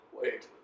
Wait